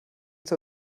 zur